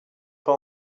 pas